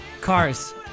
Cars